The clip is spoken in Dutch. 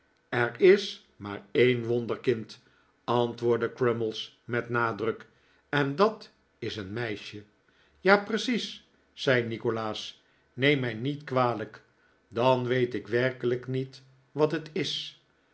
er is maar een wonderkind antwoordde crummies met nadruk en dat is een meisje ja precies zei nikolaas neem mij niet kwalijk dan weet ik werkelijk niet wat het is